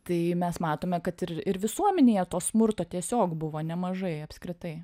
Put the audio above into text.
tai mes matome kad ir ir visuomenėje to smurto tiesiog buvo nemažai apskritai